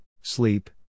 sleep